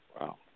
Wow